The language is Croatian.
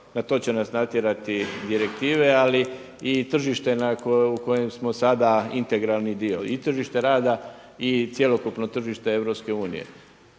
na to će nas natjerati direktive ali i tržište u kojem smo sada integralni dio. I tržište rada i cjelokupno tržište EU.